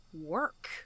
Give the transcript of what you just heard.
work